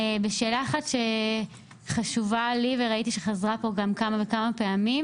ובשאלה אחת שחשובה לי וראיתי שחזרה פה גם כמה וכמה פעמים,